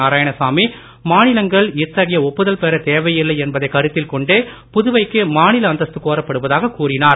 நாராயணசாமி மாநிலங்கள் இத்தகைய ஒப்புதல் பெற தேவையில்லை என்பதை கருத்தில் கொண்டே புதுவைக்கு மாநில அந்தஸ்து கோரப்படுவதாக கூறினார்